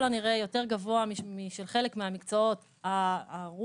הנראה יותר גבוה משל חלק ממקצועות הרוח,